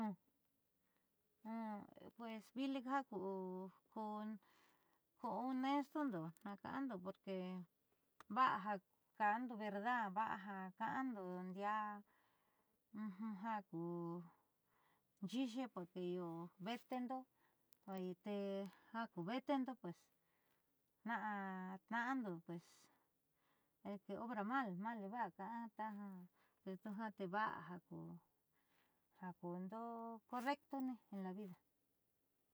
Pues vili jaku ku inmersundo jaaka'ando porque va'a ja ka'ando verdad va'a ja ka'ando ndiaa ja ku nxiixe porque io veeteendo tee jaku veeteendo pues tnaando pues el obra mal mal le va ka'a taja va'a jaakuundo correcto en la vida.